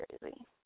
crazy